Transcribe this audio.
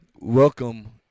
Welcome